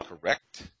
Correct